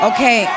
Okay